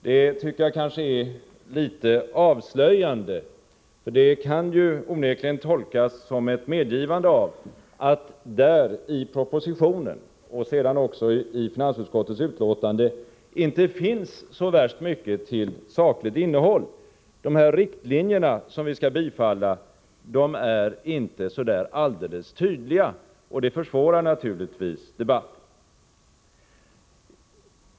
Det tycker jag är litet avslöjande, för det kan onekligen tolkas som ett medgivande av att det i propositionen — och sedan också i finansutskottets betänkande — inte finns så värst mycket av sakligt innehåll. De här riktlinjerna, som vi skall bifalla, är inte så alldeles tydliga, och det försvårar naturligtvis debatten.